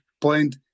point